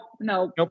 no